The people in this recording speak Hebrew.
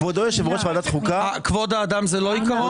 כבוד האדם זה לא עיקרון?